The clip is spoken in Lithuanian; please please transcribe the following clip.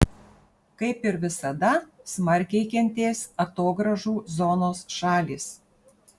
kaip ir visada smarkiai kentės atogrąžų zonos šalys